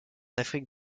afrique